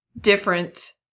different